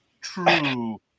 true